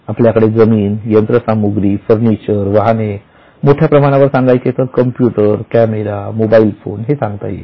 आपल्याकडे जमीनयंत्रसामुग्रीफर्निचर वाहने मोठ्या प्रमाणावर सांगायचे तर कम्प्युटरकॅमेरा मोबाईल फोन हे सांगता येतील